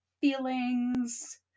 feelings